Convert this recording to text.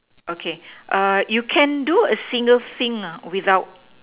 okay you can do a single thing without